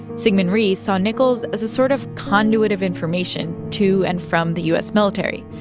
syngman rhee saw nichols as a sort of conduit of information to and from the u s. military.